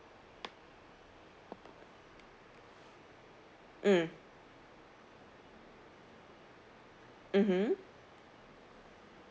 mm mmhmm